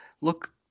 look